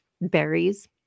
berries